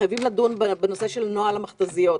בנושא נוהל המכת"זיות.